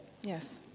Yes